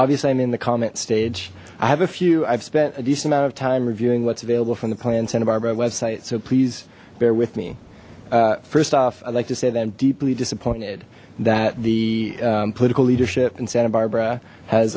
obviously i'm in the comment stage i have a few i've spent a decent amount of time reviewing what's available from the plan santa barbara website so please bear with me first off i'd like to say that i'm deeply disappointed that the political leadership in santa barbara has